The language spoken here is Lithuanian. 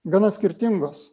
gana skirtingos